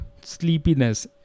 sleepiness